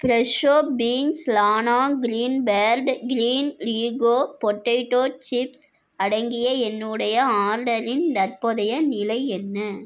Fresho beans லானா Greenbird green லீகோ potato chips அடங்கிய என்னுடைய ஆர்டரின் தற்போதைய நிலை என்ன